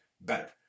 better